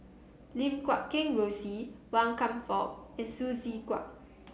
Lim Guat Kheng Rosie Wan Kam Fook and Hsu Tse Kwang